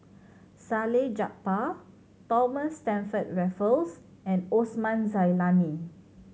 Salleh Japar Thomas Stamford Raffles and Osman Zailani